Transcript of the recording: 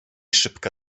szybkę